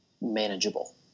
manageable